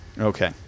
Okay